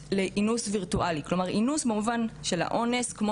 אבל אין עדיין שום שיח בהיבט של המטה-ורס,